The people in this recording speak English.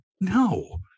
No